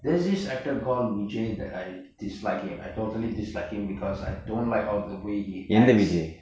there's this actor called vijay that I dislike him I totally dislike him because I don't like how the way how he acts